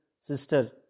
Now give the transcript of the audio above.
sister